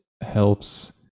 helps